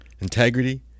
integrity